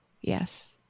Yes